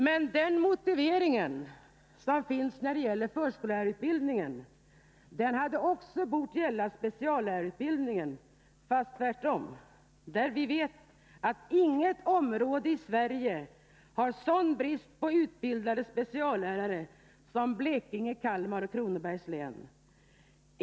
Men den motivering som finns när det gäller förskollärarutbildning hade också bort gälla speciallärarutbildningen, fastän tvärtom, eftersom vi vet att vi på inget område i Sverige har så stor brist på utbildade speciallärare som i Blekinge, Kalmar och Kronobergs län.